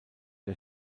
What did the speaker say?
der